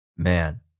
Man